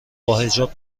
باحجاب